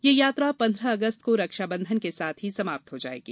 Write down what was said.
यह यात्रा पन्द्रह अगस्त को रक्षा बंधन के साथ ही समाप्त हो जाएगी